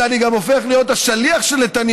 אלא אני גם הופך להיות השליח של נתניהו,